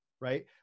right